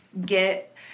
get